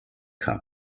kam